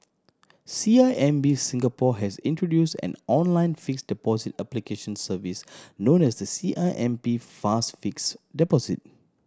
C I M B Singapore has introduced an online fixed deposit application service known as the C I M B Fast Fixed Deposit